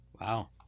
Wow